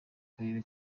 akarere